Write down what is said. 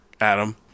Adam